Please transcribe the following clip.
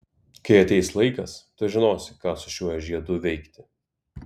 kai ateis laikas tu žinosi ką su šiuo žiedu veikti